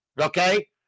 Okay